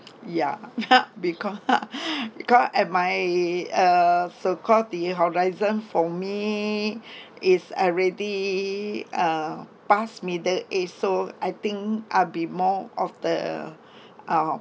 ya because because at my uh so-called the horizon for me is already uh past middle age so I think I'll be more of the uh